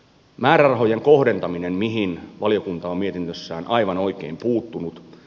määrärahojen kohdentaminen mihin valiokunta on mietinnössään aivan oikein puuttunut